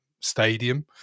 stadium